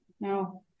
no